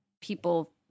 people